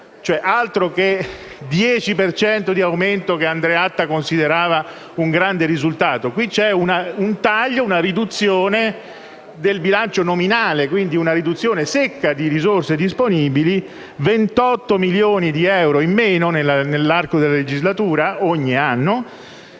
per cento di aumento che Andreatta considerava un grande risultato! Qui c'è un taglio del bilancio nominale, quindi una riduzione secca di risorse disponibili: 28 milioni di euro in meno nell'arco della legislatura, ogni anno;